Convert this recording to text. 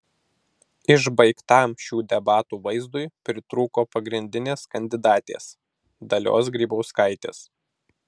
išbaigtam šių debatų vaizdui pritrūko pagrindinės kandidatės dalios grybauskaitės